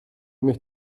mich